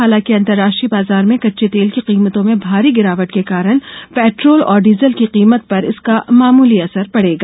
हालांकि अंतर्राष्ट्रीय बाजार में कच्चे तेल की कीमतों में भारी गिरावट के कारण पेट्रोल और डीजल की कीमत पर इसका मामूली असर पड़ेगा